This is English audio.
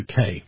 uk